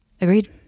Agreed